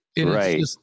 right